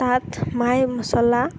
তাত মাই মচলা